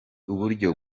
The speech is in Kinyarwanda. uburyo